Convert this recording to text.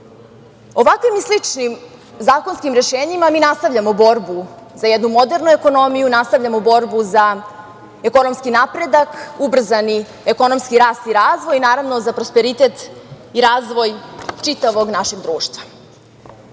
i sličnim zakonskim rešenjima mi nastavljamo borbu za jednu modernu ekonomiju, nastavljamo borbu za ekonomski napredak, ubrzani ekonomski rast i razvoj i, naravno, za prosperitet i razvoj čitavog našeg društva. Ja